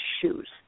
shoes